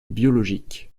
biologiques